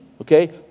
Okay